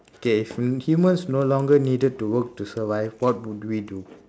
okay if hu~ humans no longer needed to work to survive what would we do